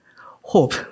hope